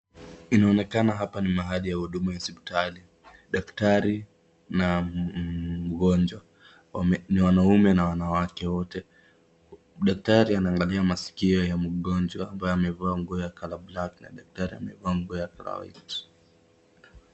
Inaonekana hapa ni mahali ya huduma ya hospitali. Daktari na mgonjwa ni wanaume na wanawake wote, daktari anaangalia masikio ya mgonjwa ambaye amevaa nguo ya colour black na daktari amevaa nguo ya colour white .